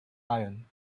iron